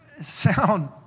sound